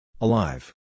Alive